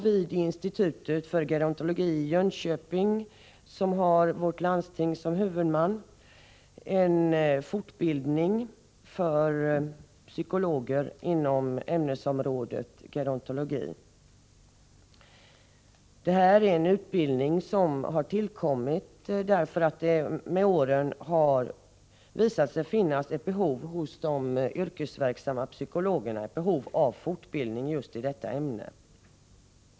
Vid institutet för gerontologi i Jönköping, som har landstinget såsom huvudman, finns en fortbildning för psykologer inom ämnesområdet gerontologi. Detta är en utbildning som har tillkommit därför att det med åren har visat sig finnas ett behov hos de yrkesverksamma psykologerna av fortbildning just i detta ämne.